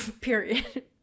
period